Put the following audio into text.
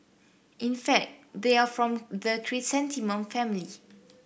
in fact they are from the chrysanthemum family